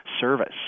service